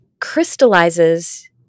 crystallizes